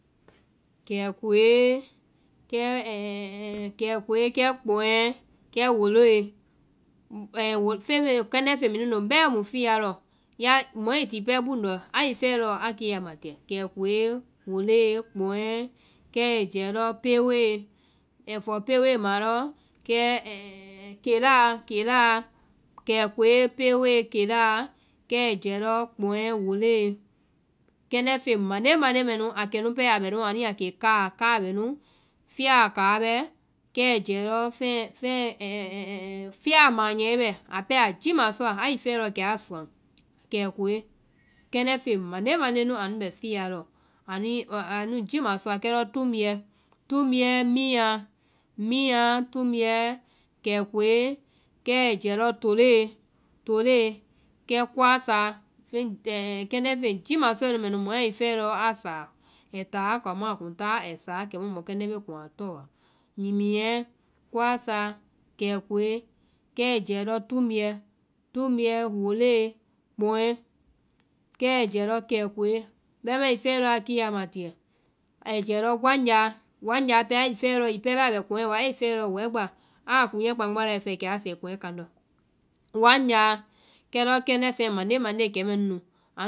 kɛkoe, kɛ kɛkoe kɛ kpɔŋɛ, kɛ wolóe, feŋ mɛ- kɛndɛ́ feŋ mɛɛ nu nu bɛɛ mu fiya lɔ, ya- mɔɛ tie pɛɛ buŋndɔ, ai fɛe lɔɔ a kiya ma tíɛ. kɛkoe, woloe, kpɔŋɛ, kɛ ɛi jɛɛ lɔ pewoe, ɛh fɔɔ pewoe ma lɔ, kɛ kelaa. kelaa. kɛkoe, pewoe, kelaa, kɛ ɛi jɛɛ lɔ kpɔŋɛ, woloe. Kɛndɛ́ feŋ mande mande mɛ nu, a kɛnu pɛɛ a bɛnu anu yaa kee káa, káa mɛ nu, fiyaɔ káa bɛ, kɛ ɛɛ jɛɛ lɔ feŋ fiyaɔ manyɛe bɛ. a pɛɛ a jimasɔa ai i fɛe lɔɔ kɛ a suwaŋ. kɛkoe, keŋdɛ́ feŋ mande mande nu anu bɛ fiya lɔ. ani anu jimasɔa. kɛ lɔ tumbuɛ. tumbuɛ. minyaã. minyaã. tumbuɛ, kɛkoe, kɛ ɛɛ jɛɛ lɔ toloe, toloe, kɛ koasaa, feŋ kɛndɛ́ feŋ jímasɔe nu mɛ nu mɔɛ ai fɛe lɔ a sáa, ai táa kaŋ ma a kuŋ táa ai sa kɛmu mɔkɛndɛ́ bee kuŋ a tɔɔ wa. Nyimiɛ, koasaa, kɛkoe, ɛɛ jɛɛ lɔ tumbuɛ, tumbuɛ, woloe, kpɔŋɛ, kɛ ɛɛ jɛɛ lɔ kɛkoe, bɛimaã ai fɛe lɔɔ kɛ a kiyaa ma tiyɛ, ai jɛɛ lɔ wanyaa, wanyaa pɛɛ ai fɛe lɔɔ hiŋi pɛɛ bɛɛ a kɔŋɛ yɔ wa, ai i fɛe lɔɔ aa kuŋɛ kpambae ai fɛe wɛgba kɛ a sɛɛ kuŋɛ kandɔ́. Wanyaa, kɛ lɔ kɛndɛ́ feŋɛ mande mande kɛnu